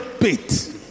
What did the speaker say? bit